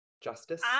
Justice